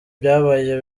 byabaye